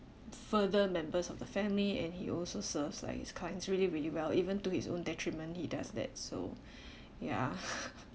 further members of the family and he also serves like his country very well even to his own detriment he does that so ya